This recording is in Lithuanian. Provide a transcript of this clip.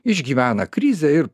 išgyvena krizę ir